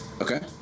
Okay